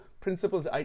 principles